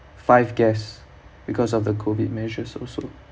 five guests because of the COVID measures also